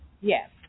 yes